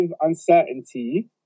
uncertainty